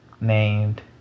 named